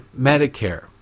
Medicare